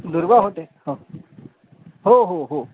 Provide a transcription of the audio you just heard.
Durga hotel ह हो हो हो